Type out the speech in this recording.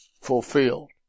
fulfilled